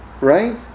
right